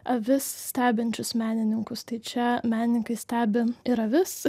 avis stebinčius menininkus tai čia menininkai stebi ir avis